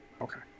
Okay